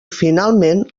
finalment